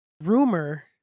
rumor